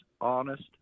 honest